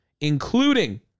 including